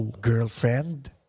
girlfriend